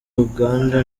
uganda